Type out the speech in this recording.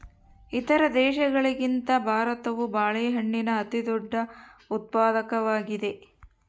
ಇತರ ದೇಶಗಳಿಗಿಂತ ಭಾರತವು ಬಾಳೆಹಣ್ಣಿನ ಅತಿದೊಡ್ಡ ಉತ್ಪಾದಕವಾಗಿದೆ